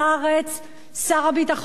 שר הביטחון אהוד ברק: